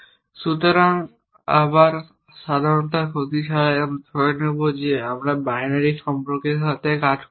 সুতরাং আবার সাধারণতার ক্ষতি ছাড়াই আমরা ধরে নেব যে আমরা বাইনারি সম্পর্কের সাথে কাজ করছি